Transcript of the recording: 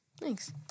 Thanks